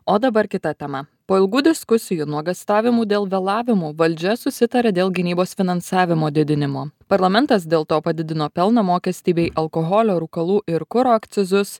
o dabar kita tema po ilgų diskusijų nuogąstavimų dėl vėlavimų valdžia susitarė dėl gynybos finansavimo didinimo parlamentas dėl to padidino pelno mokestį bei alkoholio rūkalų ir kuro akcizus